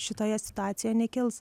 šitoje situacijoj nekels